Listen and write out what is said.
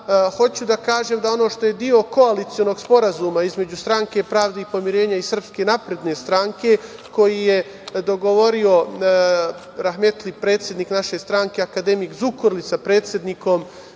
da kažem da ono što je deo koalicionog sporazuma između Stranke pravde i pomirenja i Srpske napredne stranke, koji je dogovorio rahmetli predsednik naše stranke, akademik Zukorlić, sa predsednikom